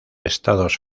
estados